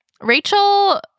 Rachel